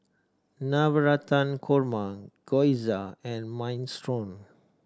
Navratan Korma Gyoza and Minestrone